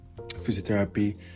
physiotherapy